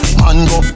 mango